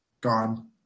Gone